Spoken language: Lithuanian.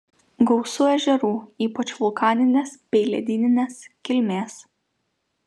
gausu ežerų ypač vulkaninės bei ledyninės kilmės